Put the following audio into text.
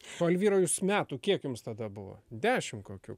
o elvyra jūs metų kiek jums tada buvo dešim kokių